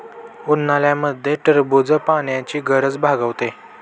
उन्हाळ्यामध्ये टरबूज पाण्याची गरज भागवते